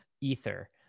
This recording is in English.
Ether